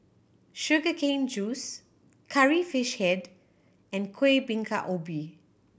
sugar cane juice Curry Fish Head and Kueh Bingka Ubi